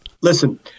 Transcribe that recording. Listen